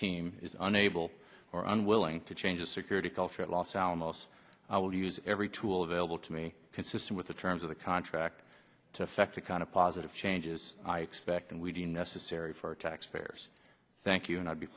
team is unable or unwilling to change the security culture at los alamos i will use every tool available to me consistent with the terms of the contract to effect the kind of positive changes i expect and we deem necessary for taxpayers thank you and i'd be